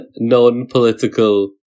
non-political